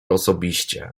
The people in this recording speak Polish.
osobiście